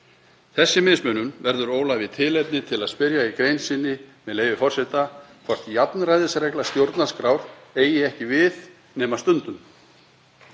Þessi mismunun verður Ólafi tilefni til að spyrja í grein sinni, með leyfi forseta, hvort jafnræðisregla stjórnarskrár eigi ekki við nema stundum.